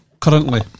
Currently